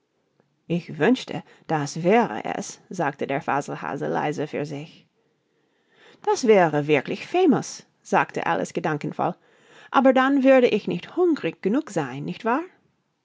ich wünschte das wäre es sagte der faselhase leise für sich das wäre wirklich famos sagte alice gedankenvoll aber dann würde ich nicht hungrig genug sein nicht wahr